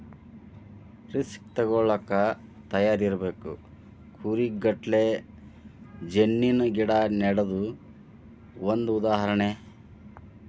risk ತುಗೋಳಾಕ ತಯಾರ ಇರಬೇಕ, ಕೂರಿಗೆ ಗಟ್ಲೆ ಜಣ್ಣಿನ ಗಿಡಾ ನೆಡುದು ಒಂದ ಉದಾಹರಣೆ